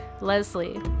Leslie